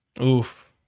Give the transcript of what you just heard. Oof